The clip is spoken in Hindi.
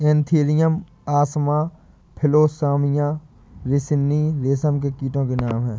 एन्थीरिया असामा फिलोसामिया रिसिनी रेशम के कीटो के नाम हैं